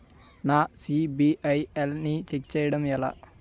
నా సిబిఐఎల్ ని ఛెక్ చేయడం ఎలా?